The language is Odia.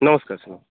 ନମସ୍କାର ସାର